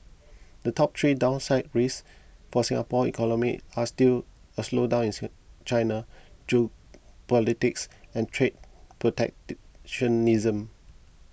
the top three downside risks for Singapore economy are still a slowdown China geopolitics and trade protectionism